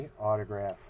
autograph